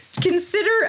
consider